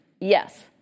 yes